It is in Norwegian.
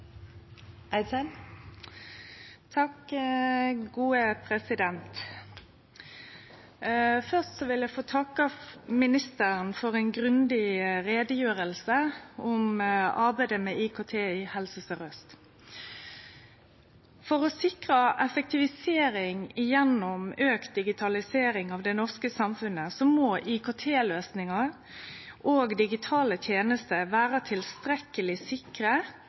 Først vil eg få takke ministeren for ei grundig utgreiing om arbeidet med IKT i Helse Sør-Aust. For å sikre effektivisering gjennom auka digitalisering av det norske samfunnet må IKT-løysingar og digitale tenester vere tilstrekkeleg sikre